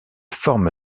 forme